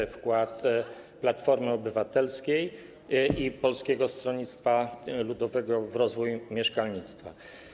To jest wkład Platformy Obywatelskiej i Polskiego Stronnictwa Ludowego w rozwój mieszkalnictwa.